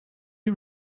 you